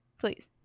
please